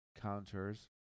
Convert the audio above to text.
counters